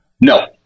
no